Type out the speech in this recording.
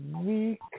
week